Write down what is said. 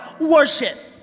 worship